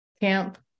camp